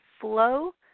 flow